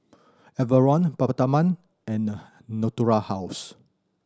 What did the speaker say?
Enervon Peptamen and the Natura House